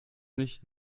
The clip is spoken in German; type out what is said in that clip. nicht